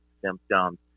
symptoms